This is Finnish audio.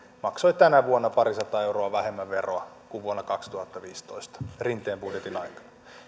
maksoi tänä vuonna parisataa euroa vähemmän veroa kuin vuonna kaksituhattaviisitoista rinteen budjetin aikana